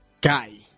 guy